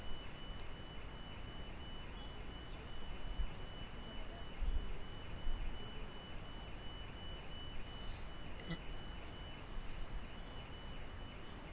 mm